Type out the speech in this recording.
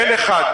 אין אחד.